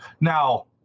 Now